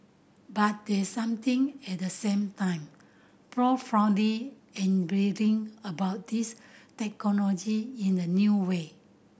but there's something at the same time enabling about these technology in a new way